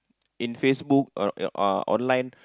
in Facebook o~ uh online